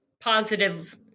positive